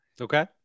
Okay